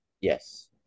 yes